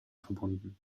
verbunden